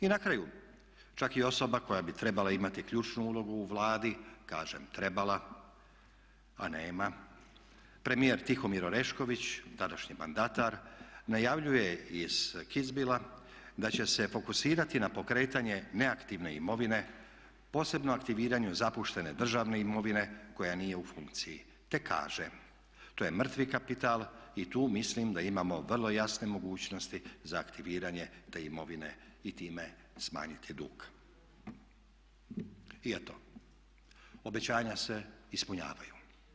I na kraju čak i osoba koja bi trebala imati ključnu ulogu u Vladi, kažem trebala a nema, premijer Tihomir Orešković, tadašnji mandatar, najavljuje iz Kitzbuhella da će se fokusirati na pokretanje neaktivne imovine, posebno aktiviranju zapuštene državne imovine koja nije u funkciji te kaže: "To je mrtvi kapital i tu mislim da imamo vrlo jasne mogućnosti za aktiviranje te imovine i time smanjiti dug." I eto, obećanja se ispunjavaju.